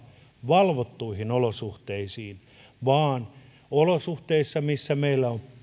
valvottuihin olosuhteisiin vaan olosuhteisiin missä meillä on